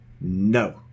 no